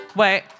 wait